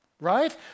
right